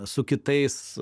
su kitais